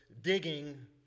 digging